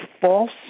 false